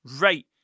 right